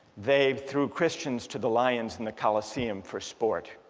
they threw christians to the lions in the coliseum for sport